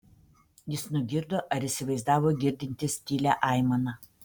jis nugirdo ar įsivaizdavo girdintis tylią aimaną